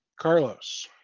Carlos